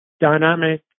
dynamic